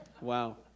Wow